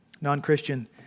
Non-Christian